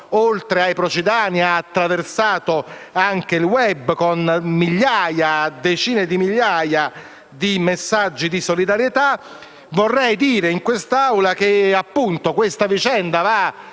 oltre ai procidani ha attraversato anche il *web*, con decine di migliaia di messaggi di solidarietà. Vorrei dire in quest'Aula che detta vicenda va